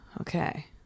Okay